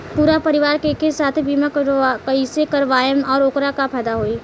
पूरा परिवार के एके साथे बीमा कईसे करवाएम और ओकर का फायदा होई?